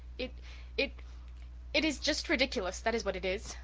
it it it is just ridiculous, that is what it is,